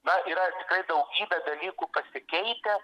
na yra tikrai daugybė dalykų pasikeitę